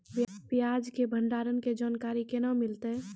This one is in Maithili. प्याज के भंडारण के जानकारी केना मिलतै?